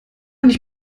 nicht